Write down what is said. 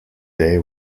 day